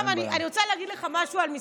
אין בעיה.